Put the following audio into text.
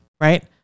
Right